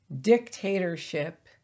dictatorship